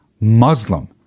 Muslim